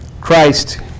Christ